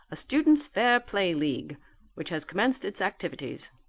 a students' fair play league which has commenced its activities.